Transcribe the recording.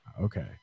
okay